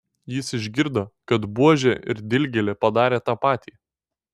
jis išgirdo kad buožė ir dilgėlė padarė tą patį